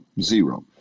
zero